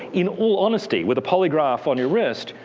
in all honesty, with a polygraph on your wrist,